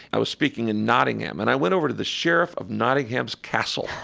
i was speaking in nottingham. and i went over to the sheriff of nottingham's castle,